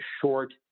short